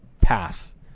pass